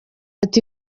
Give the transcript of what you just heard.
ati